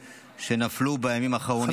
שנפלו בימים האחרונים ברצועת עזה.